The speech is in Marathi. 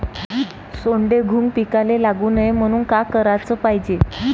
सोंडे, घुंग पिकाले लागू नये म्हनून का कराच पायजे?